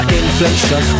inflation